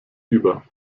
über